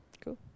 Cool